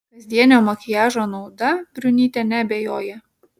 kasdienio makiažo nauda briunytė neabejoja